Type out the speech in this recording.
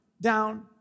down